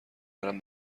برم